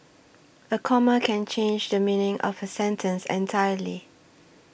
a comma can change the meaning of a sentence entirely